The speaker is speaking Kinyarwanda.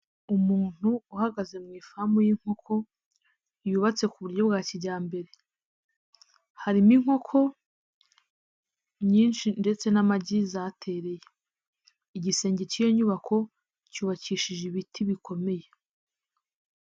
Umuntu uhagaze mu ifamu y'inkoko yubatse ku buryo bwa kijyambere, harimo inkoko nyinshi ndetse n'amagi zatereye, igisenge cy'iyo nyubako cyubakishije ibiti bikomeye.